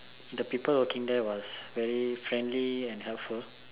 the people working there was very friendly and helpful